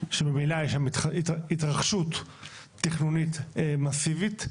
שממילא יש שם התרחשות תכנונית מאסיבית.